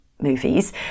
movies